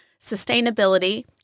sustainability